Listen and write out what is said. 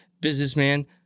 businessman